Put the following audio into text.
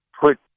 put